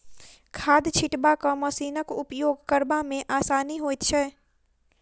खाद छिटबाक मशीनक उपयोग करबा मे आसानी होइत छै